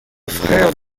frère